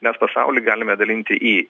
mes pasaulį galime dalinti į